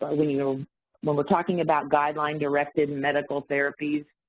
but when you know when we're talking about guideline-directed medical therapies,